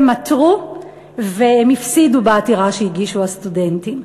הם עתרו והם הפסידו, בעתירה שהגישו הסטודנטים.